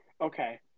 Okay